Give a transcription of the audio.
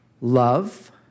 love